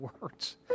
words